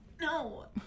no